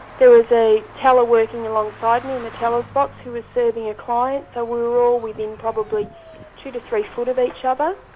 there was a teller working alongside me, in the teller's box he was serving a client, so we were all within probably two three foot of each other,